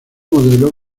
modelo